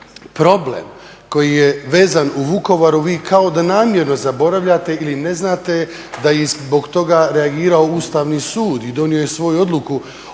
Problem koji je vezan u Vukovaru vi kao namjerno zaboravljate ili ne znate da i zbog toga reagirao Ustavni sud i donio je svoju odluku od